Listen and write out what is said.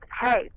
hey